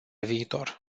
viitor